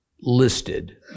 listed